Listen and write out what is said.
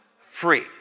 free